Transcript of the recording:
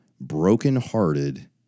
brokenhearted